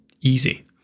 easy